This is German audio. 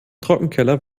trockenkeller